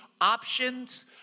options